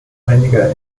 einiger